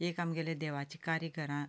एक आमगेले देवाचें कार्य घरान